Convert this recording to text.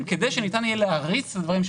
כדי שניתן יהיה להריץ את הדברים האלה.